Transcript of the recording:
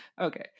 Okay